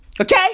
Okay